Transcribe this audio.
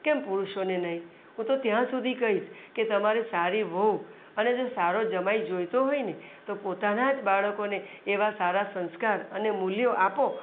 કેમ પુરુષોને નહીં હું તો ત્યાં સુધી કહીશ કે તમારે સારી વહુ અને જો સારો જમાઈ જોઈતો હોયને તો પોતાના જ બાળકોને એવા સારા સંસ્કાર અને મૂલ્યો આપો